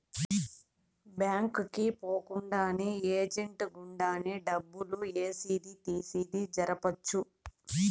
bank కి పోకుండానే agent గుండానే డబ్బులు ఏసేది తీసేది జరపొచ్చు